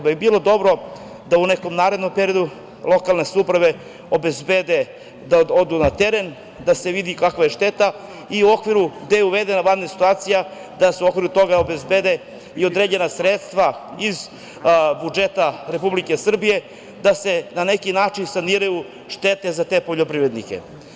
Bilo bi dobro da u nekom narednom periodu lokalne samouprave obezbede da odu na teren, da se vidi kakva je šteta i u okviru gde je uvedena vanredna situacija da se u okviru toga obezbede i određena sredstva iz budžeta Republike Srbije, da se na neki način saniraju štete za te poljoprivrednike.